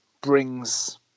brings